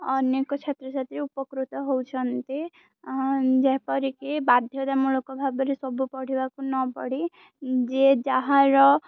ଅନେକ ଛାତ୍ରଛାତ୍ରୀ ଉପକୃତ ହଉଛନ୍ତି ଯେପରିକି ବାଧ୍ୟତାମୂଳକ ଭାବରେ ସବୁ ପଢ଼ିବାକୁ ନ ପଢ଼ି ଯିଏ ଯାହାର